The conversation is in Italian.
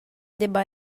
debba